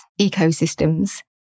ecosystems